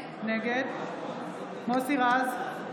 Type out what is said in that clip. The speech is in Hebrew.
נגד מוסי רז,